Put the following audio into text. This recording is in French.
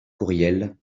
courriel